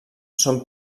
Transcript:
són